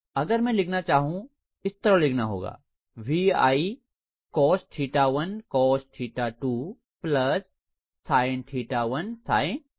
अगर मैं लिखना चाहूं इस तरह लिखना होगा VI cos 1 cos 2 sin 1 sin 2